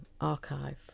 archive